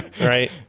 Right